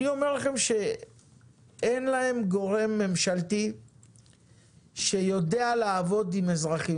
אני אומר לכם שאין להם גורם ממשלתי שיודע לעבוד עם אזרחים.